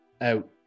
out